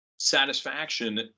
satisfaction